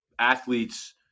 Athletes